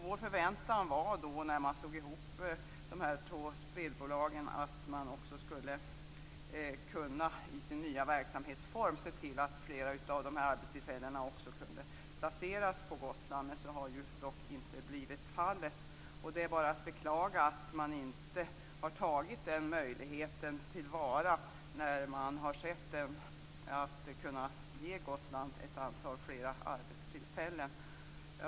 Vår förväntan när man slog ihop de här två spelbolagen var att man i sin nya verksamhetsform också skulle kunna se till att flera av de här arbetstillfällena kunde placeras på Gotland. Så har dock inte blivit fallet. Det är bara att beklaga att man inte har tagit den möjligheten till vara när man har sett tillfället att kunna ge Gotland flera arbetstillfällen.